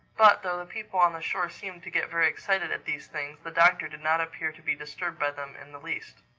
but though the people on the shore seemed to get very excited at these things, the doctor did not appear to be disturbed by them in the least.